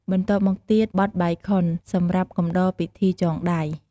បន្ទាប់មកទៀត បទបាយខុន សម្រាប់កំដរពិធីចងដៃ។